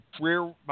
rear